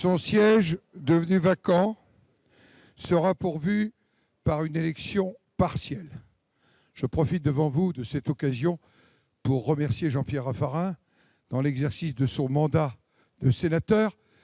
Son siège devenu vacant sera pourvu par une élection partielle. Je profite de cette occasion pour remercier devant vous Jean-Pierre Raffarin pour l'exercice de son mandat de sénateur,